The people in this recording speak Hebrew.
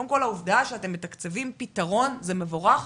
קודם כול, העובדה שאתם מתקצבים פתרון זה מבורך.